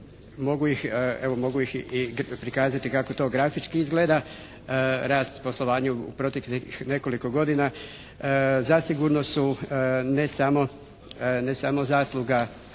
mogu ih i prikazati kako to grafički izgleda rast u poslovanju u proteklih nekoliko godina zasigurno su ne samo zasluga